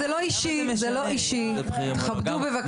זה לא אישי, תכבדו בבקשה.